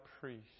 priest